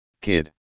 kid